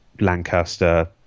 Lancaster